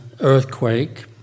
earthquake